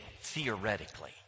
theoretically